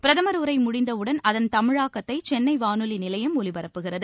பிரதம் உரை முடிந்தவுடன் அதன் தமிழாக்கத்தை சென்னை வானொலி நிலையம் ஒலிபரப்புகிறது